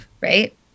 right